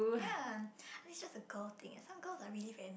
ya I think it's just a girl thing eh some girls are really very mean